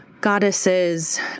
goddesses